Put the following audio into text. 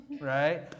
Right